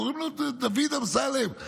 קוראים לו דוד אמסלם.